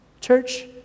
Church